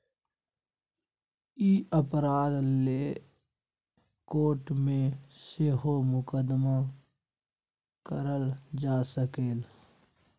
ई अपराध लेल कोर्ट मे सेहो मुकदमा कएल जा सकैए